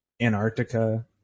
Antarctica